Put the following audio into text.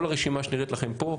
כל הרשימה שנראית לכם פה,